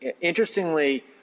Interestingly